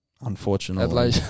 unfortunately